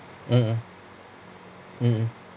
mmhmm mmhmm